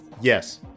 Yes